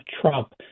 Trump